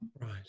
Right